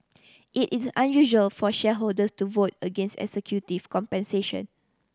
it is unusual for shareholders to vote against executive compensation